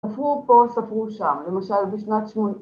‫ספרו פה, ספרו שם, ‫למשל בשנת שמונים.